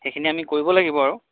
সেইখিনি আমি কৰিব লাগিব আৰু